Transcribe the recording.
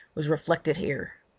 was reflected here.